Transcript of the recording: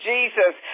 Jesus